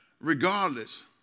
regardless